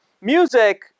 music